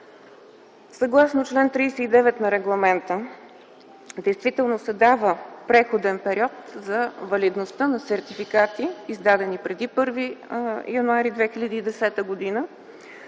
Съгласно чл. 39 на Регламента действително се дава преходен период за валидността на сертификати, издадени преди 1 януари 2010 г.,